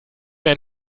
mir